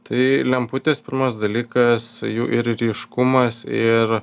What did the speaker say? tai lemputės pirmas dalykas jų ir ryškumas ir